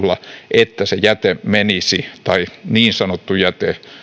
että se jäte menisi tai niin sanottu jäte